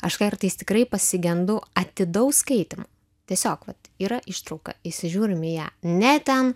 aš kartais tikrai pasigendu atidaus skaitymo tiesiog vat yra ištrauka įsižiūrim į ją ne ten